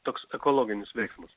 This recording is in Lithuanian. toks ekologinis veiksmas